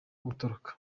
gutoroka